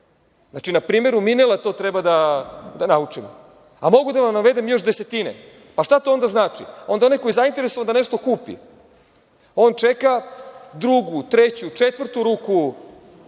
sve. Na primeru „Minela“ to treba da naučimo, a mogu da vam navedem još desetine. Šta to onda znači? Onda onaj ko je zainteresovan da nešto kupi, on čeka drugu, treću, četvrtu ruku